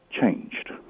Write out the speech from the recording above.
changed